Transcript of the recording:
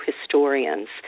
historians